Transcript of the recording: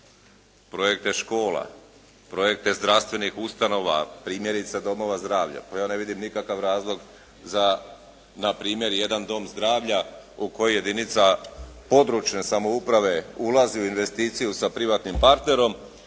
projekte škola, projekte zdravstvenih ustanova, primjerice domova zdravlja. Ja ne vidim nikakav razlog za na primjer jedan dom zdravlja u koji jedinica područne samouprave ulazi u investiciju sa privatnim partnerom